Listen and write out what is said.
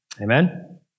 Amen